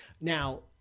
Now